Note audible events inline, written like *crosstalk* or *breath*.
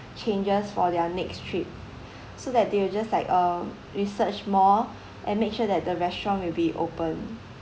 changes for their next trip *breath* so that they will just like uh research more and make sure that the restaurant will be open